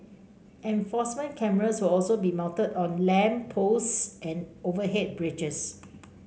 enforcement cameras will also be mounted on lamp posts and overhead bridges